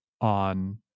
on